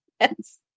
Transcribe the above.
Yes